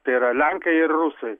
tai yra lenkai ir rusai